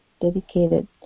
dedicated